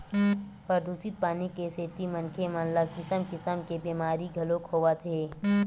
परदूसित पानी के सेती मनखे मन ल किसम किसम के बेमारी घलोक होवत हे